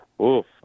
oof